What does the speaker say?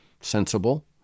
sensible